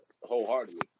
wholeheartedly